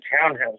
townhouse